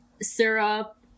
syrup